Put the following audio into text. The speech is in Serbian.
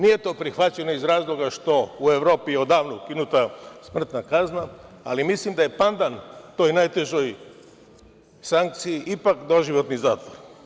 Nije to prihvaćeno iz razloga što je u Evropi odavno ukinuta smrtna kazna, ali mislim da je pandan toj najtežoj sankciji ipak doživotni zatvor.